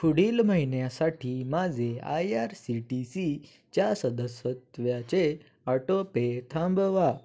पुढील महिन्यासाठी माझे I R C T C च्या सदसत्वाचे ऑटोपे थांबवा